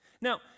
Now